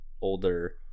older